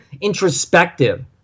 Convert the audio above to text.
introspective